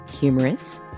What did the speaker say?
humorous